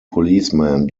policemen